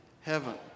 heaven